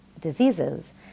diseases